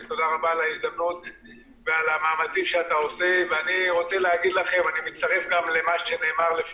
אנחנו רוצים תכנית מסודרת ומתוקצבת למלחמה באלימות בחברה הישראלית,